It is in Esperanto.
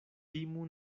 timu